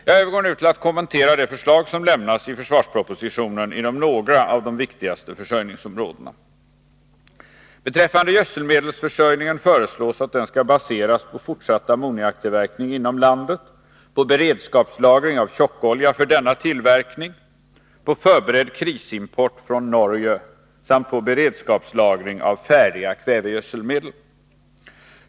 Jag övergår nu till att kommentera de förslag som lämnas i förslagspropositionen inom några av de viktigaste försörjningsområdena. Beträffande gödselmedelsförsörjningen föreslås att den skall baseras på fortsatt ammoniaktillverkning inom landet, på beredskapslagring av tjockolja för denna tillverkning, på förberedd krisimport från Norge samt på beredskapslagring av färdiga kvävegödselmedel.